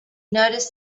noticed